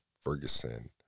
Ferguson